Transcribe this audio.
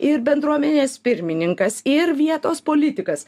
ir bendruomenės pirmininkas ir vietos politikas